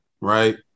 right